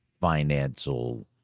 financial